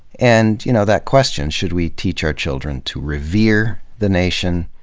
and you know that question should we teach our children to revere the nation,